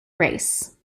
race